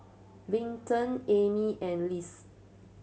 Vinton Emmy and Liz